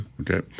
Okay